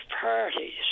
parties